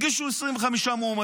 הגישו 25 מועמדים.